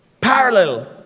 Parallel